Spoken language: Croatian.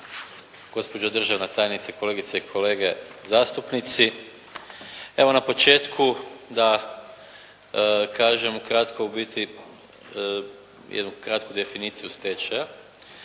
gospođo državna tajnice, kolegice i kolege zastupnici. Evo, na početku da kažem u kratko u biti jednu kratku definiciju stečaja.